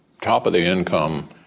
top-of-the-income